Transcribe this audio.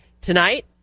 Tonight